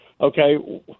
Okay